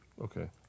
Okay